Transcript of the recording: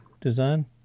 design